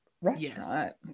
restaurant